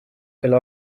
single